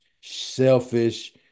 selfish